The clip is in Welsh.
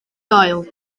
gael